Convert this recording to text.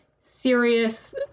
serious